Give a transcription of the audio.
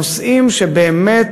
נושאים שבאמת